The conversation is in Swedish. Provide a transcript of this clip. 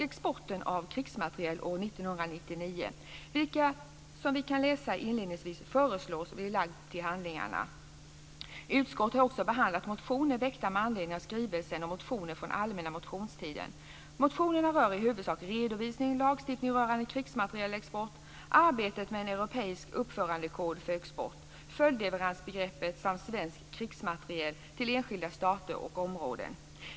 1999. Som vi kan läsa inledningsvis föreslås att dessa läggs till handlingarna. Utskottet har också behandlat motioner väckta med anledning av skrivelserna och motioner från allmänna motionstiden. Motionerna rör i huvudsak redovisning, lagstiftning rörande krigsmaterielexport, arbetet med en europeisk uppförandekod för export, följdleveransbegreppet samt svensk krigsmateriel till enskilda stater och områden.